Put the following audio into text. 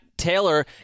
Taylor